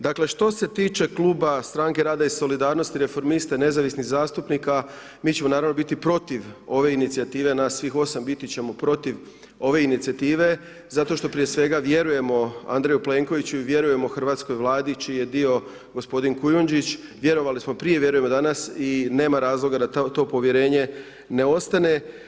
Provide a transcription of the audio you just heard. Dakle, što se tiče Kluba Stranke rada i solidarnosti, reformista i nezavisnih zastupnika, mi ćemo naravno biti protiv ove inicijative, nas svih 8 biti ćemo protiv ove inicijative, zato što prije svega vjerujemo Andreju Plenkoviću i vjerujemo hrvatskoj vladi čiji je dio gospodin Kujundžić, vjerovali smo i prije, vjerujemo danas, i nema razloga, da to povjerenje ne ostane.